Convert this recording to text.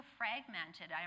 fragmented